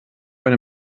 eine